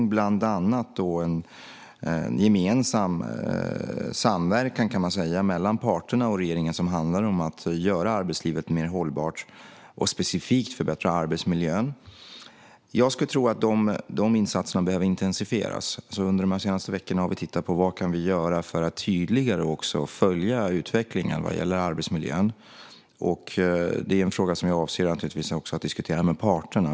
Det gäller bland annat en gemensam samverkan mellan parterna och regeringen. Det handlar om att göra arbetslivet mer hållbart och specifikt förbättra arbetsmiljön. Jag skulle tro att de insatserna behöver intensifieras. Under de senaste veckorna har vi tittat på: Vad kan vi göra för att tydligare följa utvecklingen vad gäller arbetsmiljön? Det är en fråga som jag avser att diskutera med parterna.